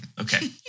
Okay